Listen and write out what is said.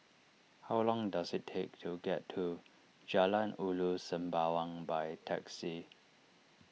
how long does it take to get to Jalan Ulu Sembawang by taxi